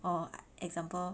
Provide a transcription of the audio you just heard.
orh example